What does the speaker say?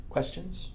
Questions